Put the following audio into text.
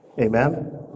amen